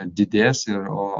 didės ir o